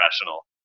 professional